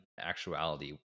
actuality